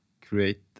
create